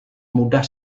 mudah